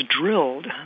drilled